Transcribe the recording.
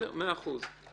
מאה אחוז.